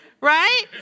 Right